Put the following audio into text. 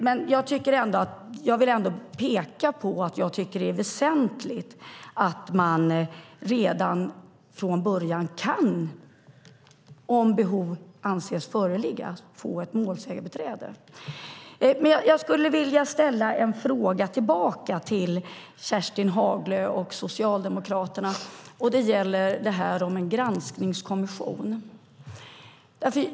Men jag vill ändå peka på att jag tycker att det är väsentligt att man redan från början kan, om behov anses föreligga, få ett målsägandebiträde. Jag skulle vilja ställa en fråga till Kerstin Haglö och Socialdemokraterna. Det gäller tillsättning av en granskningskommission.